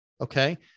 Okay